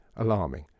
alarming